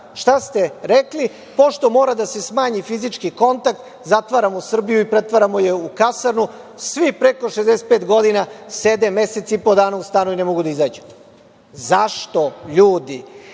Šta ste rekli? Pošto mora da se smanji fizički kontakt, zatvaramo Srbiju i pretvaramo je u kasarnu. Svi preko 65 godina sede mesec i po dana u stanu i ne mogu da izađu.Zašto, ljudi?